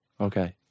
okay